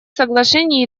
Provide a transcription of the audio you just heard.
соглашений